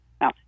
Now